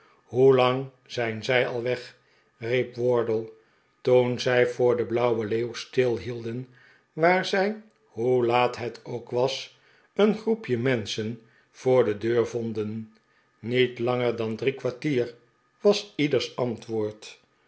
hoelang zijn zij al weg riep wardle toen zij voor de blauwe leeuw stilhielden waar zij hoe laat het ook was een groepje menschen voor de deur vonden niet langer dan drie kwartier was ieders antwoord